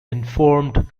informed